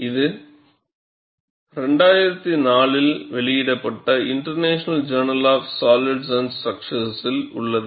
இது 2004 இல் வெளியிடப்பட்ட international journal of solids and ஸ்ட்ரக்சரில் உள்ளது